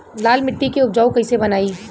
लाल मिट्टी के उपजाऊ कैसे बनाई?